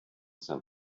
san